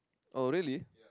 oh really